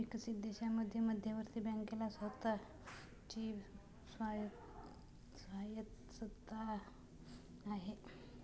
विकसित देशांमध्ये मध्यवर्ती बँकेला स्वतः ची स्वायत्तता आहे